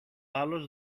άλλος